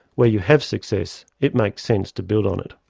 where you have success, it makes sense to build on it.